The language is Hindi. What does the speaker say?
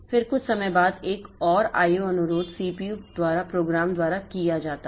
फिर कुछ समय बाद एक और IO अनुरोध CPU द्वारा प्रोग्राम द्वारा किया जाता है